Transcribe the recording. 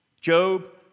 Job